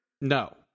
No